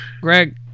Greg